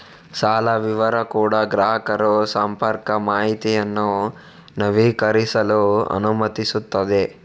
ಸಾಲ ವಿವರ ಕೂಡಾ ಗ್ರಾಹಕರು ಸಂಪರ್ಕ ಮಾಹಿತಿಯನ್ನು ನವೀಕರಿಸಲು ಅನುಮತಿಸುತ್ತದೆ